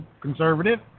conservative